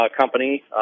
company